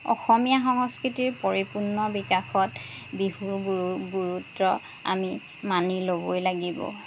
অসমীয়া সংস্কৃতিৰ পৰিপূৰ্ণ বিকাশত বিহুৰ গুৰু গুৰুত্ব আমি মানি ল'বই লাগিব